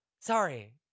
Sorry